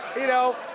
you know.